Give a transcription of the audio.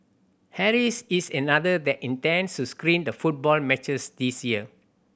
Harry's is another that intends to screen the football matches this year